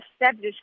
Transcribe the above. establish